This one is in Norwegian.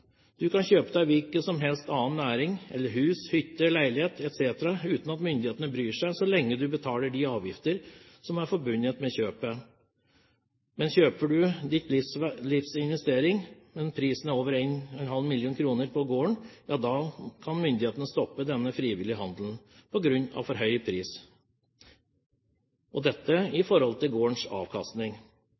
Du kan investere i hvilken som helst annen næring, eller kjøpe deg hus, hytte, leilighet, etc. uten at myndighetene bryr seg, så lenge du betaler de avgifter som er forbundet med kjøpet. Men vil du her foreta ditt livs investering, og prisen på gården er over 1,5 mill. kr, ja da kan myndighetene stoppe denne frivillige handelen på grunn av for høy pris i forhold til gårdens avkastning.